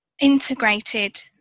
integrated